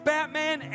Batman